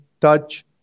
touch